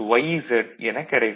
z எனக் கிடைக்கும்